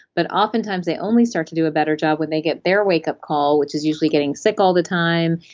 but oftentimes they only start to do a better job when they get their wake up call, which is usually getting sick all the time,